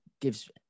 gives